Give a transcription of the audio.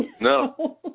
No